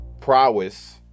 prowess